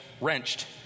wrenched